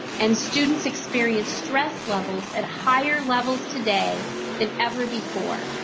and, students experience stress levels at higher levels today than ever before.